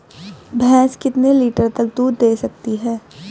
भैंस कितने लीटर तक दूध दे सकती है?